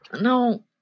No